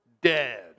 dead